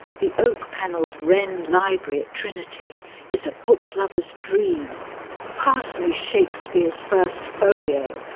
the oak-panelled wren library at trinity is a book lover's dream pass me shakespeare's first folio,